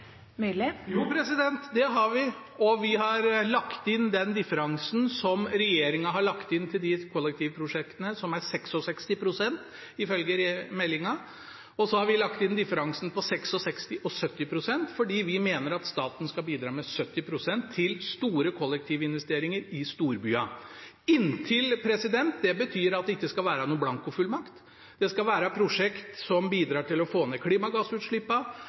det har vi. Vi har lagt inn differansen. Regjeringen har lagt inn 66 pst. til kollektivprosjektene, ifølge meldingen, og så har vi lagt inn differansen mellom 66 pst. og 70 pst. fordi vi mener at staten skal bidra med 70 pst. til store kollektivinvesteringer i storbyene. «Inntil» betyr at det ikke skal være noen blankofullmakt. Det skal være prosjekter som bidrar til å få ned